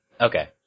Okay